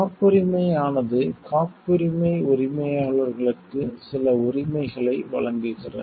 காப்புரிமை ஆனது காப்புரிமை உரிமையாளர்களுக்கு சில உரிமைகளை வழங்குகிறது